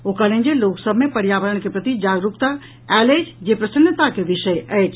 ओ कहलनि जे लोक सभ मे पर्यावरण के प्रति जागरूकता आयल अछि जे प्रसन्नता के विषय अछि